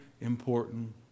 important